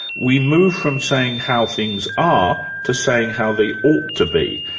we move from saying how things are to saying how they ought to be.